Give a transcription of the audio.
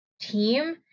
team